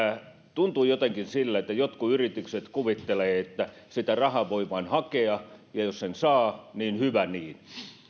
tuntuu jotenkin sille että jotkut yritykset kuvittelevat että sitä rahaa voi vain hakea ja jos sen saa niin hyvä niin ei